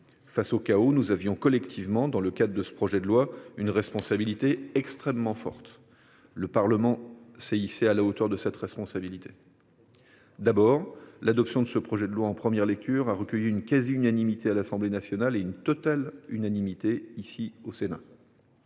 Face au chaos, nous avions collectivement, dans le cadre de ce projet de loi, une responsabilité extrêmement forte. Le Parlement s’est hissé à la hauteur de cette responsabilité. D’abord, ce projet de loi a été adopté en première lecture à la quasi unanimité de l’Assemblée nationale et à l’unanimité du Sénat.